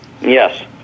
Yes